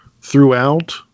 throughout